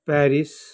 Paris